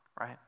right